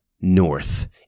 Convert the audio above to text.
North